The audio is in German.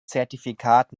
zertifikat